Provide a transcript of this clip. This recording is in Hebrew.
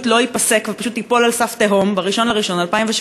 לא ייפסק ופשוט ייפול על סף תהום ב-1 בינואר 2017?